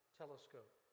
telescope